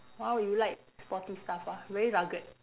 orh you like sporty stuff ah very rugged